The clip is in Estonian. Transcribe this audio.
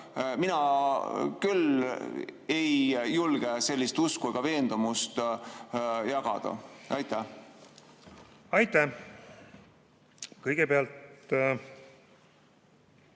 Mina küll ei julge sellist usku ega veendumust jagada. Aitäh! Kõigepealt,